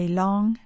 long